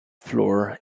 floor